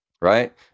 Right